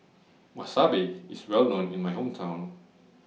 Wasabi IS Well known in My Hometown